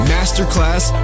Masterclass